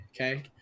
okay